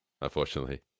unfortunately